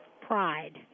Pride